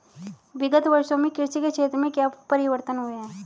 विगत वर्षों में कृषि के क्षेत्र में क्या परिवर्तन हुए हैं?